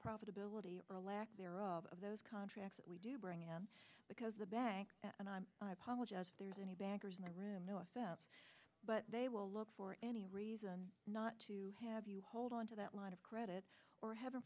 profitability or lack thereof of those contracts we do bring in because the banks and i'm i apologize if there's any bankers in the room no offense but they will look for any reason not to have you hold on to that line of credit or heaven